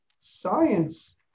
science